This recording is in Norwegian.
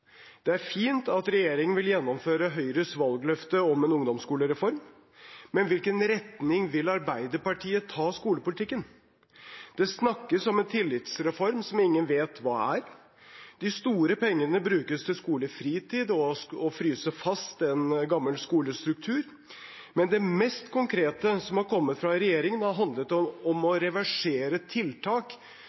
Det er fint at regjeringen vil gjennomføre Høyres valgløfte om en ungdomsskolereform, men i hvilken retning vil Arbeiderpartiet ta skolepolitikken? Det snakkes om en tillitsreform som ingen vet hva er. De store pengene brukes til skolefritid og å fryse fast en gammel skolestruktur. Det mest konkrete som har kommet fra regjeringen, har handlet om å reversere tiltak